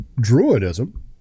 Druidism